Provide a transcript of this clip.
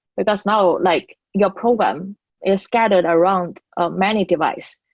because now like your program is scattered around ah many device,